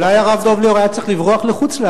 אולי הרב דב ליאור היה צריך לברוח לחוץ-לארץ,